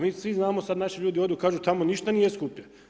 Mi svi znamo, sad naši ljudi odu kažu, tamo ništa nije skuplje.